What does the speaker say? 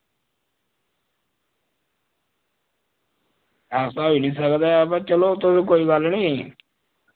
ऐसा होई निं सकदा ऐ पर तुस चलो कोई गल्ल निं